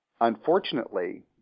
unfortunately